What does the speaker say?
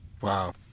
Wow